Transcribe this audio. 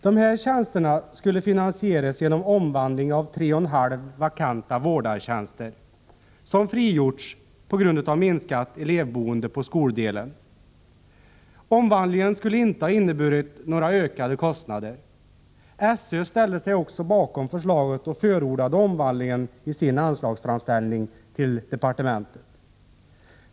De här tjänsterna skulle finansieras genom omvandling av 3,5 vakanta vårdartjänster som frigjorts på grund av minskat elevboende på skoldelen. Omvandlingen skulle inte ha inneburit några ökade kostnader. SÖ ställde sig också bakom förslaget och förordade omvandlingen i sin anslagsframställning till departementet.